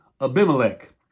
Abimelech